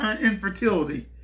infertility